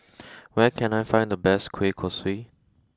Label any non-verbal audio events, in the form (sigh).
(noise) where can I find the best Kueh Kosui